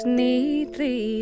neatly